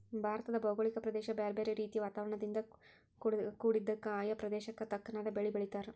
ಭಾರತದ ಭೌಗೋಳಿಕ ಪ್ರದೇಶ ಬ್ಯಾರ್ಬ್ಯಾರೇ ರೇತಿಯ ವಾತಾವರಣದಿಂದ ಕುಡಿದ್ದಕ, ಆಯಾ ಪ್ರದೇಶಕ್ಕ ತಕ್ಕನಾದ ಬೇಲಿ ಬೆಳೇತಾರ